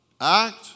act